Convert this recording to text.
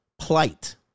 plight